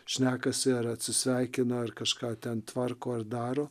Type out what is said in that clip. šnekasi ar atsisveikina ar kažką ten tvarko ar daro